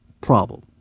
problem